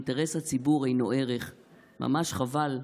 אינטרס הציבור אינו ערך / ממש חבל,